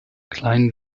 klein